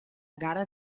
gara